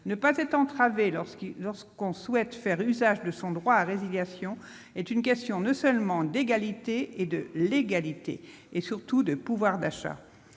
Ne pas être entravé lorsqu'on souhaite faire usage de son droit à résiliation est une question non seulement d'égalité et de légalité, mais surtout de pouvoir d'achat.